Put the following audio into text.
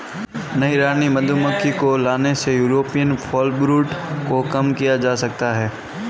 नई रानी मधुमक्खी को लाने से यूरोपियन फॉलब्रूड को कम किया जा सकता है